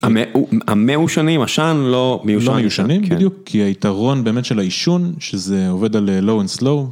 המעושנים, עשן, לא מיושנים, לא מיושנים, בדיוק, כי היתרון באמת של העישון, שזה עובד על low and slow.